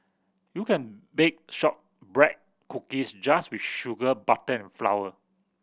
you can bake shortbread cookies just with sugar butter and flour